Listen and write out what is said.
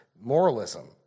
moralism